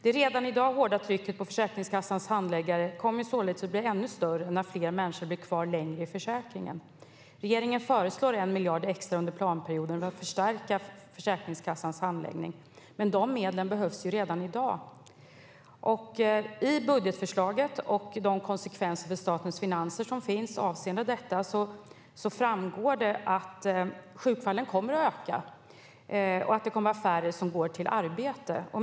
Det redan i dag hårda trycket på Försäkringskassans handläggare kommer således att bli ännu större, då fler människor blir kvar längre i försäkringen. Regeringen föreslår 1 miljard extra under planperioden för att förstärka Försäkringskassans handläggning. Men de medlen behövs ju redan i dag. I budgetförslaget och de konsekvenser för statens finanser som finns avseende detta framgår det att sjukfallen kommer att öka och att färre kommer att gå till arbetet.